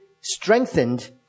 strengthened